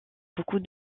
beaucoup